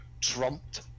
trumped